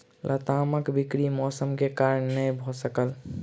लतामक बिक्री मौसम के कारण नै भअ सकल